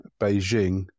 Beijing